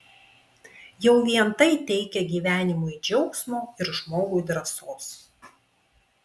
jau vien tai teikia gyvenimui džiaugsmo ir žmogui drąsos